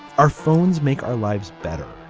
our phones make our lives better.